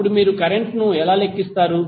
అప్పుడు మీరు కరెంట్ ను ఎలా లెక్కిస్తారు